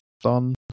done